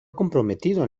comprometido